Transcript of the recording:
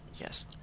Yes